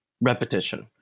repetition